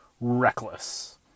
Reckless